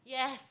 yes